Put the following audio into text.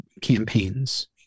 campaigns